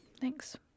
Thanks